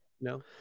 No